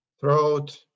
Throat